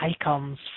icons